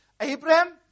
Abraham